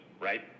right